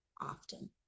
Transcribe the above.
often